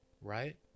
right